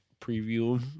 preview